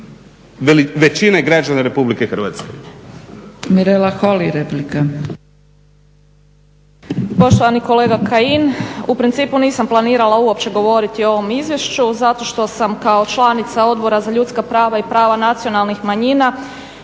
godine Vlada Republike Hrvatske